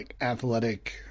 athletic